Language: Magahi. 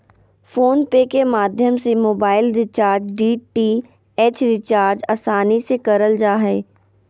फ़ोन पे के माध्यम से मोबाइल रिचार्ज, डी.टी.एच रिचार्ज आसानी से करल जा हय